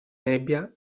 nebbia